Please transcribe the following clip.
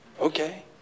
Okay